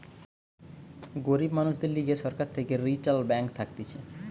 গরিব মানুষদের লিগে সরকার থেকে রিইটাল ব্যাঙ্ক থাকতিছে